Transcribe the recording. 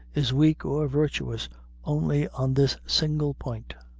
is weak or virtuous only on this single point.